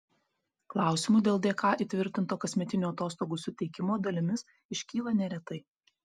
klausimų dėl dk įtvirtinto kasmetinių atostogų suteikimo dalimis iškyla neretai